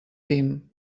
team